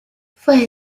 fue